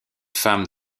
femmes